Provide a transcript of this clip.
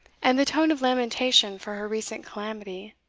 and the tone of lamentation for her recent calamity.